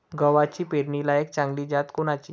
गव्हाची पेरनीलायक चांगली जात कोनची?